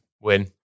win